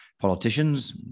politicians